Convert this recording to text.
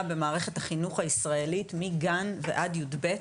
במערכת החינוך הישראלית מגן ועד כיתה י"ב,